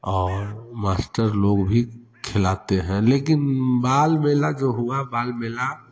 और मास्टर लोग भी खेलाते हैं लेकिन बाल मेला जो हुआ बाल मेला